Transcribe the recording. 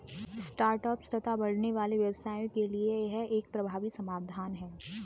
start ups तथा बढ़ने वाले व्यवसायों के लिए यह एक प्रभावी समाधान है